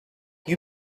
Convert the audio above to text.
you